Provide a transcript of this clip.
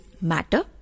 matter